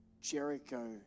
Jericho